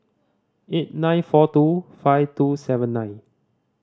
eight nine four two five two seven nine